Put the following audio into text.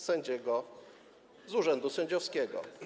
sędziego z urzędu sędziowskiego.